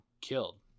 killed